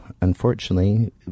Unfortunately